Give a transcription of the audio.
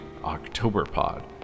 OctoberPod